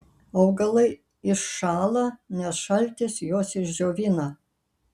augalai iššąla nes šaltis juos išdžiovina